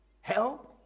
help